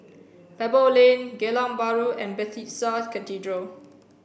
Pebble Lane Geylang Bahru and Bethesda Cathedral